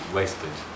wasted